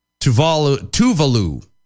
Tuvalu